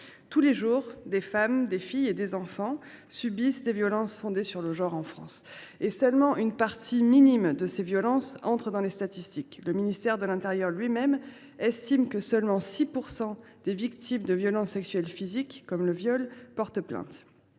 Tous les jours, en France, des femmes, des filles et des enfants subissent des violences fondées sur le genre, dont seule une partie minime entre dans les statistiques. Le ministère de l’intérieur lui même estime que 6 % seulement des victimes de violences sexuelles physiques, comme le viol, portent plainte.